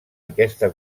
aquesta